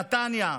נתניה.